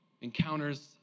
encounters